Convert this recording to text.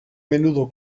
menudo